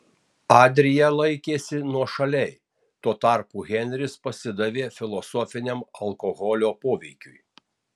adrija laikėsi nuošaliai tuo tarpu henris pasidavė filosofiniam alkoholio poveikiui